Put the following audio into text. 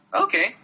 Okay